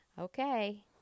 Okay